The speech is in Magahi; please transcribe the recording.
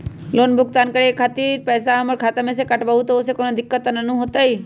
लोन भुगतान करे के खातिर पैसा हमर खाता में से ही काटबहु त ओसे कौनो दिक्कत त न होई न?